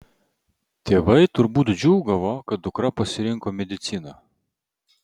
tėvai turbūt džiūgavo kad dukra pasirinko mediciną